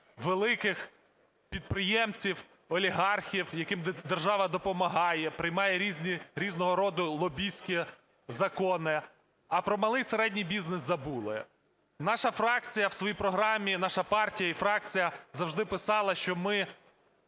великих підприємців, олігархів, яким держава допомагає, приймає різного року лобістські закони, а про малий, середній бізнес забули. Наша фракція в своїй програмі, наша партія і фракція завжди писали, що ми